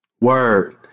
Word